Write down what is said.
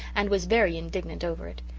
and was very indignant over it.